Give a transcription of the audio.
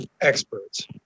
experts